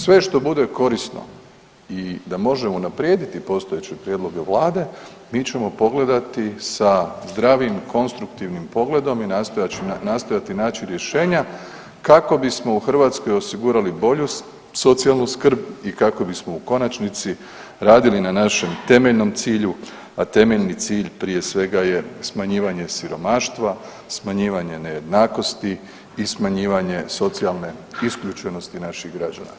Sve što bude korisno i da može unaprijediti postojeće prijedloge Vlade mi ćemo pogledati sa zdravim konstruktivnim pogledom i nastojati naći rješenja kako bismo u Hrvatskoj osigurali bolju socijalnu skrb i kako bismo u konačnici radili na našem temeljnom cilju, a temeljni cilj prije svega je smanjivanje siromaštva, smanjivanje nejednakosti i smanjivanje socijalne isključenosti naših građana.